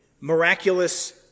miraculous